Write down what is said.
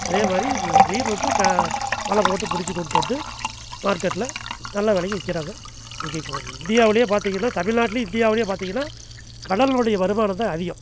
அதேமாதிரி மீன் வந்து க வலை போட்டு பிடிச்சி கொண்டு வந்து மார்க்கெட்டில் நல்ல வெலைக்கு விற்கிறாங்க இன்றைக்கி இ இந்தியாவில் பார்த்திங்கன்னா தமிழ்நாட்டிலியும் இந்தியாவுலேயும் பார்த்திங்கன்னா கடலினுடைய வருமானம்தான் அதிகம்